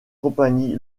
compagnie